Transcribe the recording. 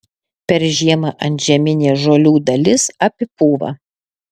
per žiemą antžeminė žolių dalis apipūva